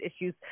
issues